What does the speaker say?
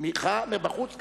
תמיכה מבחוץ,